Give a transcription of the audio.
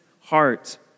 heart